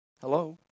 Hello